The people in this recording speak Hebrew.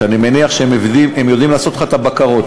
שאני מניח שהם יודעים לעשות לך את הבקרות,